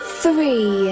three